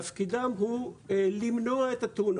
תפקידם הוא למנוע את התאונה,